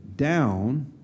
down